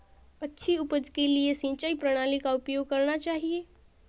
अच्छी उपज के लिए किस सिंचाई प्रणाली का उपयोग करना चाहिए?